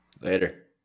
Later